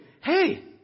hey